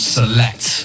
Select